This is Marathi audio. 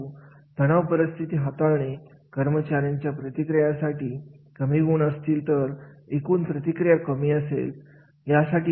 परंतु तणाव परिस्थिती हाताळणे कर्मचाऱ्यांच्या प्रतिक्रिया यासाठी जर कमी गुण असतील तर एकूण प्रतिक्रिया कमी असेल